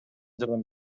жардам